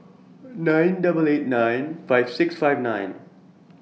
nine double eight nine five six five nine